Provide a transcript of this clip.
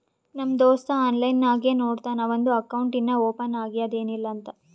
ನಮ್ ದೋಸ್ತ ಆನ್ಲೈನ್ ನಾಗೆ ನೋಡ್ತಾನ್ ಅವಂದು ಅಕೌಂಟ್ ಇನ್ನಾ ಓಪನ್ ಆಗ್ಯಾದ್ ಏನಿಲ್ಲಾ ಅಂತ್